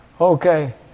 Okay